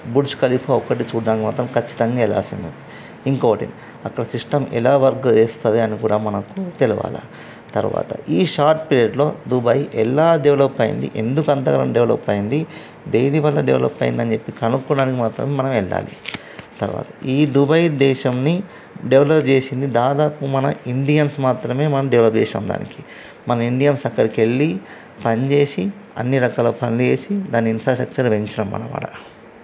Burch Khalifa ఒకటి చూడ్డానికి మాత్రం ఖచ్చితంగా వెళ్ళాల్సిందే ఇంకోటి అక్కడ సిస్టం ఎలా వర్క్ చేస్తుంది అని కూడా మనకు తెలియాలి తర్వాత ఈ షార్ట్ పీరియడ్లో దుబాయ్ ఎలా డెవలప్ అయ్యింది ఎందుకు అంతగనం డెవలప్ అయ్యింది దేని వల్ల డెవలప్ అయిందని చెప్పి కనుక్కోవడానికి మాత్రం మనం వెళ్ళాలి తర్వాత ఈ దుబాయ్ దేశంని డెవలప్ చేసింది దాదాపు మన ఇండియన్స్ మాత్రమే మనం డెవలప్ చేసాం దానికి మన ఇండియన్స్ అక్కడికి వెళ్ళి పనిచేసి అన్ని రకాల పనులు చేసి దాని ఇన్ఫ్రాస్ట్రక్చర్ పెంచినాము మనం ఆడ